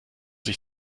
sich